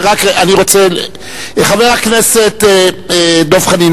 חבר הכנסת דב חנין,